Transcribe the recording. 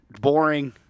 boring